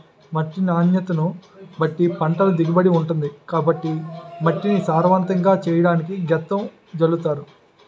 మట్టి నాణ్యతను బట్టే పంటల దిగుబడి ఉంటుంది కాబట్టి మట్టిని సారవంతంగా చెయ్యడానికి గెత్తం జల్లుతారు